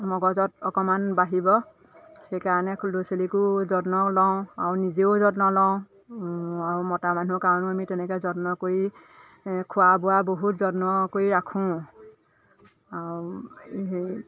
মগজত অকণমান বাঢ়িব সেইকাৰণে ল'ৰা ছোৱালীকো যত্ন লওঁ আৰু নিজেও যত্ন লওঁ আৰু মতা মানুহৰ কাৰণেও আমি তেনেকৈ যত্ন কৰি খোৱা বোৱা বহুত যত্ন কৰি ৰাখোঁ